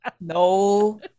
No